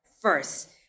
first